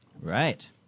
Right